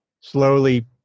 slowly